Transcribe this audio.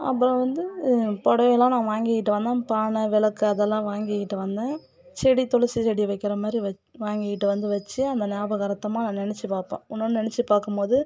அப்புறம் வந்து புடவ எல்லாம் நான் வாங்கிக்கிட்டு வந்தேன் பானை விளக்கு அதெல்லாம் வாங்கிக்கிட்டு வந்தேன் செடி துளசி செடி வைக்கிற மாதிரி வச்சு வாங்கிக்கிட்டு வந்து வச்சு அந்த ஞாபகார்த்தமாக நான் நினச்சு பார்ப்பேன் உன்னோனு நினச்சு பார்க்கும் போது